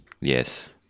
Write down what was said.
Yes